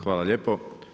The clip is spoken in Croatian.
Hvala lijepo.